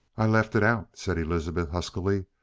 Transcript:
i left it out, said elizabeth huskily,